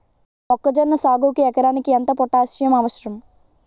మొక్కజొన్న సాగుకు ఎకరానికి ఎంత పోటాస్సియం అవసరం?